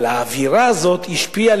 אבל האווירה הזאת השפיעה,